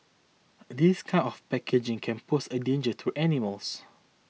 this kind of packaging can pose a danger to animals